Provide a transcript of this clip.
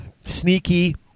sneaky